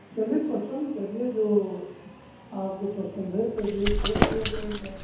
चलिए पसंद करिए जो आपको पसंद है तो रेट देख लिया जाएगा